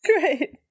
great